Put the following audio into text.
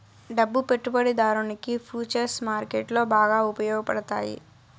డబ్బు పెట్టుబడిదారునికి ఫుచర్స్ మార్కెట్లో బాగా ఉపయోగపడతాయి